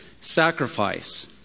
sacrifice